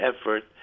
effort